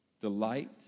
Delight